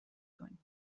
کنید